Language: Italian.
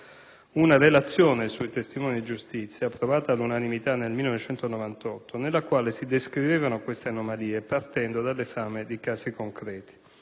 una relazione sui testimoni di giustizia, approvata all'unanimità nel 1998, nella quale si descrivevano queste anomalie, partendo dall'esame di casi concreti.